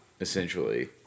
essentially